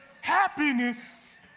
Happiness